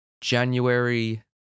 January